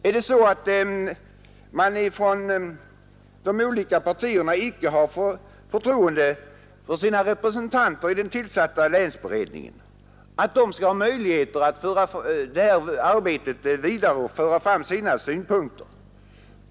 Är det så att de olika partierna icke har förtroende för att deras representanter i den tillsatta länsberedningen skall ha möjligheter att föra det här arbetet vidare och lägga fram sina synpunkter?